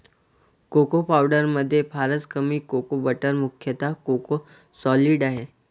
cocoa पावडरमध्ये फारच कमी कोको बटर मुख्यतः कोको सॉलिड आहे